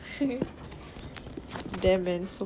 damn man so f~